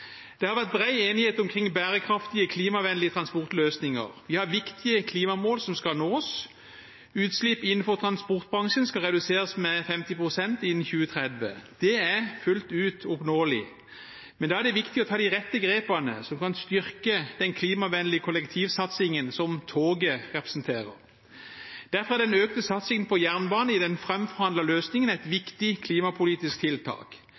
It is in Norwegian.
Det har vært bred enighet omkring bærekraftige klimavennlige transportløsninger. Vi har viktige klimamål som skal nås. Utslipp innenfor transportbransjen skal reduseres med 50 pst. innen 2030. Det er fullt ut oppnåelig. Men da er det viktig å ta de rette grepene, som kan styrke den klimavennlige kollektivsatsingen som toget representerer. Derfor er den økte satsingen på jernbane i den framforhandlede løsningen et viktig klimapolitisk tiltak.